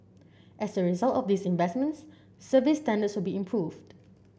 as a result of these investments service standards will be improved